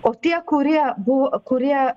o tie kurie buvo kurie